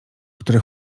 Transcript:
który